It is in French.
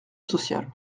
social